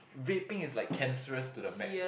Vaping is like cancerous to the max